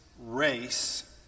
race